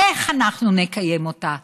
איך אנחנו נקיים אותה?